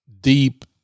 deep